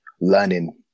learning